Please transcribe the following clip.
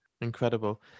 Incredible